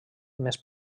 més